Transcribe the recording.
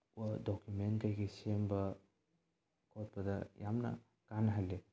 ꯋꯥꯔꯗ document ꯀꯔꯤ ꯀꯔꯤ ꯁꯦꯝꯕ ꯈꯣꯠꯄꯗ ꯌꯥꯝꯅ ꯀꯥꯟꯅꯍꯜꯂꯤ